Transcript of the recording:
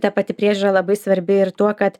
ta pati priežiūra labai svarbi ir tuo kad